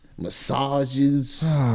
massages